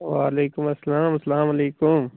وَعلیکُم اَسَلام اَسَلام علیکُم